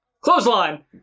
Clothesline